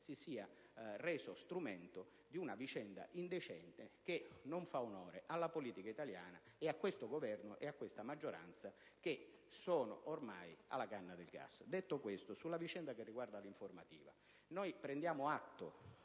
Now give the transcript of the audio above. si sia resa strumento di una vicenda indecente, che non fa onore alla politica italiana, a questo Governo e a questa maggioranza, che sono ormai alla canna del gas. Per quanto riguarda l'informativa, noi prendiamo atto